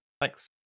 Thanks